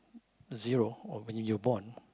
zero or when you were born